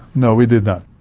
no, we did not.